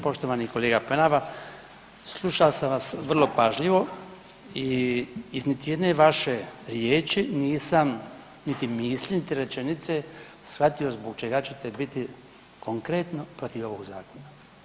Poštovani kolega Penava, slušao sam vas vrlo pažljivo i iz niti jedne vaše riječi nisam, niti misli, niti rečenice, zbog čega ćete biti konkretno protiv ovog zakona.